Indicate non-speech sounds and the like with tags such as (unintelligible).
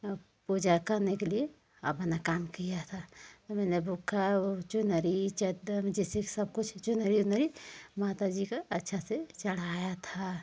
और पूजा करने के लिए अपना काम किया था तो मैंने (unintelligible) चुनरी (unintelligible) जैसे सब कुछ चुनरी वुनरी माताजी को अच्छा से चढ़ाया था